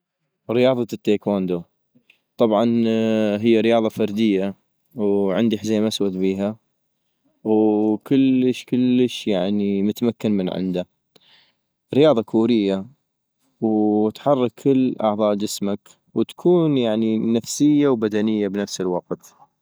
رياضة التايكوندو - طبعاً هي رياضة فردية - وعندي حزيم اسود بيها وكلش كلش يعني متمكن من عندا - رياضة كورية ، وتحرك كل أعضاء جسمك - وتكون نفسية وبدنية بنفس الوقت